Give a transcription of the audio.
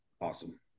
awesome